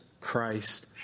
Christ